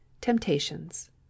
temptations